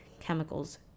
chemicals